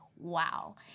wow